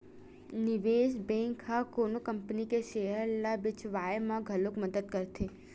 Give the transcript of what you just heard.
निवेस बेंक ह कोनो कंपनी के सेयर ल बेचवाय म घलो मदद करथे